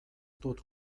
dut